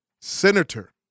Senator